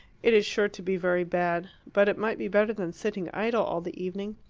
it is sure to be very bad. but it might be better than sitting idle all the evening.